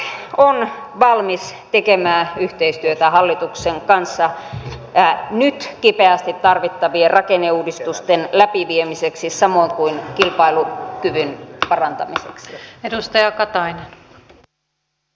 kristillisdemokraatit ovat valmiit tekemään yhteistyötä hallituksen kanssa nyt kipeästi tarvittavien rakenneuudistusten läpi viemiseksi samoin kuin kilpailu hyvin kitaran lisäksi edustaja kilpailukyvyn parantamiseksi